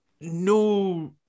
No